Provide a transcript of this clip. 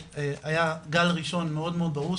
שהיה גל ראשון מאוד מאוד ברור,